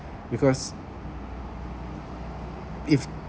because if